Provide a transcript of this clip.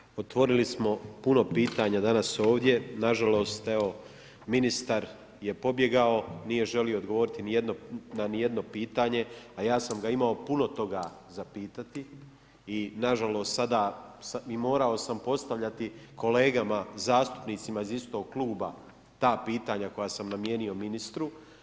Kolega Bulj, otvorili smo puno pitanja danas ovdje, nažalost evo ministar je pobjegao nije želio odgovoriti ni na jedno pitanje, a ja sam ga imao puno toga za pitati i nažalost sada i morao sam postavljati kolegama zastupnicima iz istog kluba ta pitanja koja sam namijenio ministru.